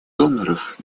доноров